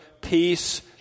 peace